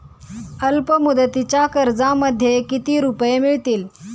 अल्पमुदतीच्या कर्जामध्ये किती रुपये मिळतील?